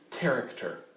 character